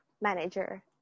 manager